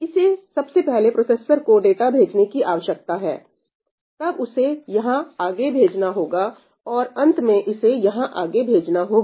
इसे सबसे पहले प्रोसेसर को डाटा भेजने की आवश्यकता है तब उसे यहां आगे भेजना होगा और अंत में इसे यहां आगे भेजना होगा